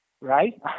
right